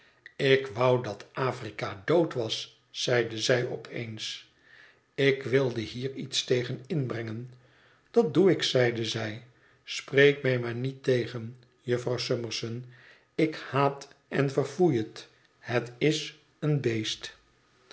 ik wou dat afrika dood was zeide zij op eens ik wilde hier iets tegen inbrengen dat doe ik zeide zij spreek mij maar niet tegen jufvrouw summerson ik haat en verfoei het het is een beest